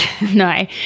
No